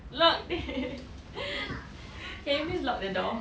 locked can you please lock the door